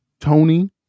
Tony